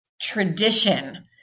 tradition